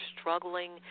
struggling